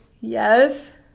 yes